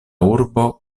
urbo